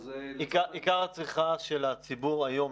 אז --- עיקר הצריכה של הציבור היום,